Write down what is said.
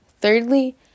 Thirdly